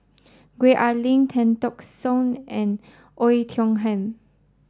Gwee Ah Leng Tan Teck Soon and Oei Tiong Ham